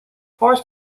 forced